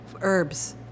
herbs